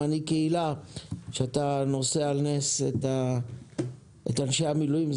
מנהיג קהילה שאתה נושא על נס את אנשי המילואים,